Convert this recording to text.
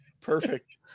Perfect